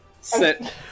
sit